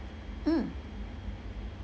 mm